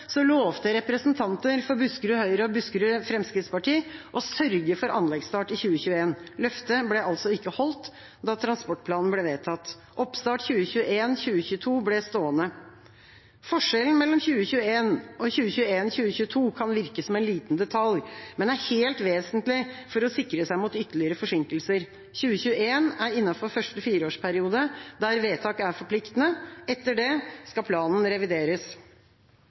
Buskerud Fremskrittsparti å sørge for anleggsstart i 2021. Løftet ble altså ikke holdt da transportplanen ble vedtatt. Oppstart 2021/2022 ble stående. Forskjellen mellom 2021 og 2021/2022 kan virke som en liten detalj, men er helt vesentlig for å sikre seg mot ytterligere forsinkelser. 2021 er innenfor første fireårsperiode, der vedtakene er forpliktende. Etter det skal planen revideres.